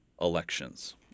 elections